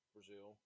Brazil